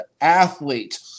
athlete